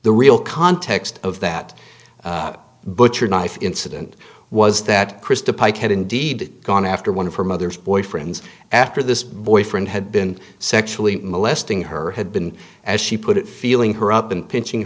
the real context of that butcher knife incident was that christa pike had indeed gone after one of her mother's boyfriends after this boyfriend had been sexually molesting her had been as she put it feeling her up and pinching